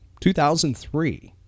2003